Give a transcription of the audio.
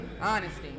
Honesty